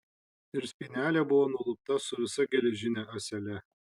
ir spynelė buvo nulupta su visa geležine ąsele